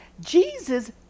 Jesus